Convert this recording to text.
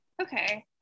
Okay